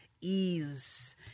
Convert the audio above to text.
ease